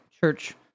church